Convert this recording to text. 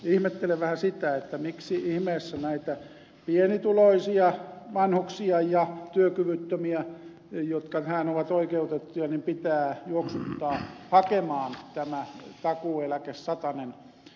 ihmettelen vähän sitä miksi ihmeessä näitä pienituloisia vanhuksia ja työkyvyttömiä jotka tähän ovat oikeutettuja pitää juoksuttaa hakemaan tämä takuueläkesatanen